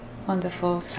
Wonderful